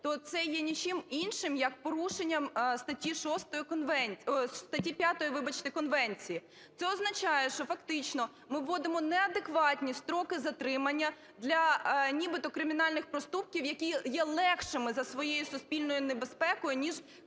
то це є нічим іншим, як порушенням статті 6 конвенції, статті 5, вибачте, конвенції. Це означає, що фактично ми вводимо не адекватні строки затримання для нібито кримінальних проступків, які є легшими за своєю суспільною небезпекою, ніж кримінальні